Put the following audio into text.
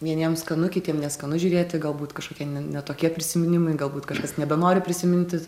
vieniems skanu kitiem neskanu žiūrėti galbūt kažkokie ne ne tokie prisiminimai galbūt kažkas nebenori prisiminti